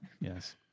Yes